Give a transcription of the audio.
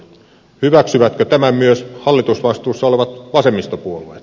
hyväksyvätkö tämän myös hallitusvastuussa olevat vasemmistopuolueet